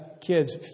kids